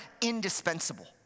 indispensable